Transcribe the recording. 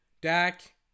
Dak